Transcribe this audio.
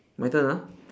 my turn ah